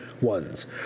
ones